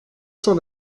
cent